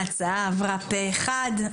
ההצעה עברה פה אחד,